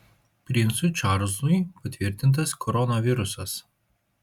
princui čarlzui patvirtintas koronavirusas